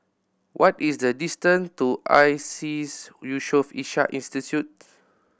what is the distance to ISEAS Yusof Ishak Institute